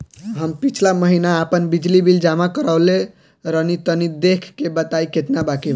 हम पिछला महीना आपन बिजली बिल जमा करवले रनि तनि देखऽ के बताईं केतना बाकि बा?